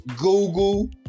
Google